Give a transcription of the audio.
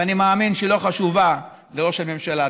ואני מאמין שהיא לא חשובה לראש הממשלה.